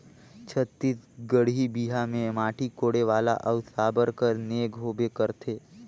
छत्तीसगढ़ी बिहा मे माटी कोड़े वाला अउ साबर कर नेग होबे करथे